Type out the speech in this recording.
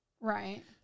Right